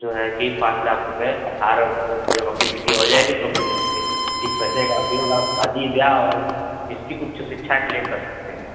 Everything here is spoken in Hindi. जो है कि पाँच लाख रुपये अठारह वर्ष जब जब आपकी बिटिया हो जाएगी तो फिर मिलेंगे इस पैसे का उपयोग आप शादी ब्याह और इसकी उच्च शिक्षा के लिए कर सकते हैं